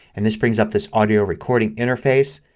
and this brings up this audio recording interface.